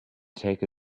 take